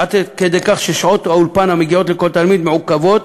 עד כדי כך ששעות האולפן המגיעות לכל תלמיד מעוכבות,